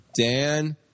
Dan